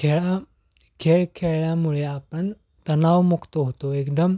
खेळा खेळ खेळल्यामुळे आपण तणावमुक्त होतो एकदम